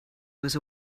was